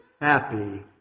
happy